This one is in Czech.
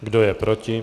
Kdo je proti?